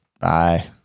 Bye